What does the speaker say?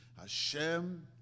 Hashem